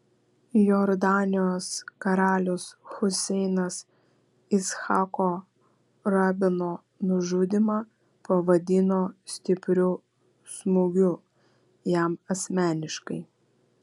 jordanijos karalius huseinas icchako rabino nužudymą pavadino stipriu smūgiu jam asmeniškai